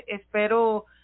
Espero